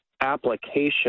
application